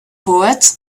poet